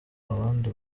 abandi